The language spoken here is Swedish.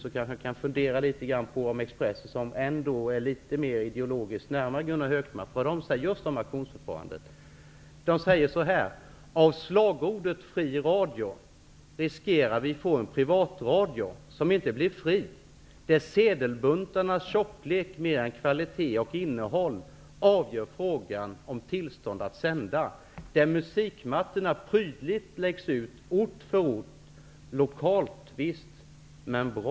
Men han kanske kan fundera litet grand över vad Expressen, som ideologiskt ändå står litet närmare Gunnar Hökmark, säger om just auktionsförfarandet. Det står så här: Av slagordet fri radio riskerar vi att få en privatradio som inte blir fri, där sedelbuntarnas tjocklek mera än kvalitet och innehåll avgör frågan om tillstånd att sända, där musikmattorna prydligt läggs ut ort för ort. Lokalt, visst. Men bra?